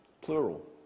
plural